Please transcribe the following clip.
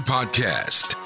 Podcast